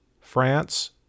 France